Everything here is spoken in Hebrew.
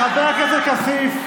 חבר הכנסת כסיף,